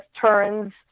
turns